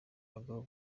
abagabo